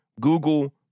Google